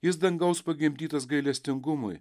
jis dangaus pagimdytas gailestingumui